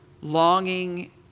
longing